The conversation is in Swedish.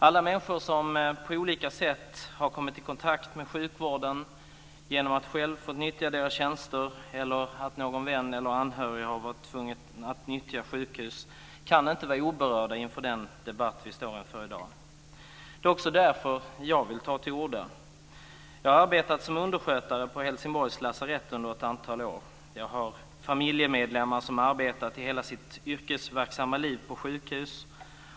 Alla människor som på olika sätt har kommit i kontakt med sjukvården genom att själv nyttja deras tjänster eller genom att någon vän eller anhörig har varit tvungen att nyttja sjukhus kan inte vara oberörda inför den debatt vi för i dag. Det är också därför jag vill ta till orda. Jag har arbetat som underskötare på Helsingborgs lasarett under ett antal år. Jag har familjemedlemmar som har arbetat hela sitt yrkesverksamma liv på sjukhus.